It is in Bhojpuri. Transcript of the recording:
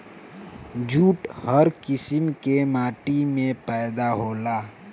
जूट हर किसिम के माटी में पैदा होला